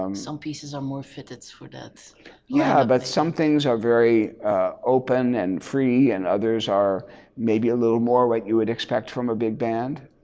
um some pieces are more fitted for that yeah, but some things are very open and free and others are maybe a little more what you would expect from a big band.